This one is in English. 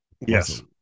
Yes